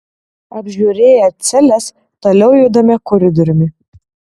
apžiūrėję celes toliau judame koridoriumi